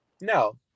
No